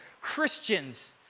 Christians